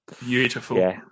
Beautiful